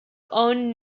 owned